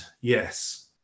Yes